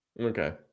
Okay